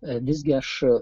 vis gi aš